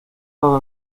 tardó